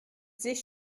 sich